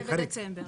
ובדצמבר.